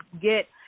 get